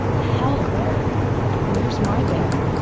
the hell? where's where's my bin?